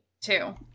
Two